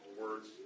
words